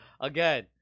Again